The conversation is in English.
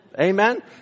Amen